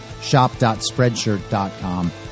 shop.spreadshirt.com